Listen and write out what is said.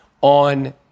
on